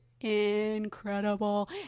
incredible